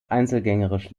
einzelgängerisch